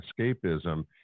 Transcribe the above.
escapism